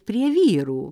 prie vyrų